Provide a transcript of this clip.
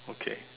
okay